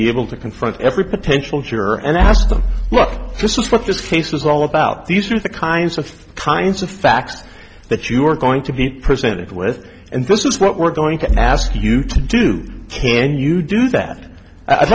be able to confront every potential juror and ask them look this is what this case is all about these are the kinds of kinds of facts that you're going to be presented with and this is what we're going to ask you to do and you do that i'd